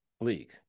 league